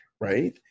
right